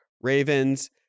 Ravens